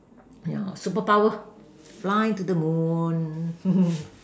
yeah superpower fly to the moon